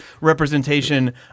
representation